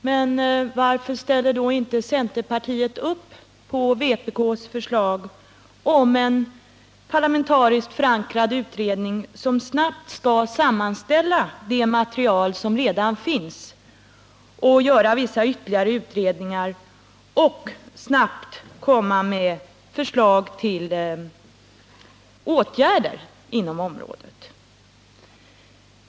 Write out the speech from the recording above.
Men varför ställer då inte centerpartiet upp på vpk:s förslag om en parlamentariskt förankrad utredning som snabbt skall sammanställa det material som redan finns, göra vissa ytterligare utredningar och snabbt komma med förslag till åtgärder inom området?